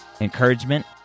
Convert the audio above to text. encouragement